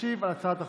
ישיב על הצעת החוק.